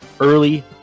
early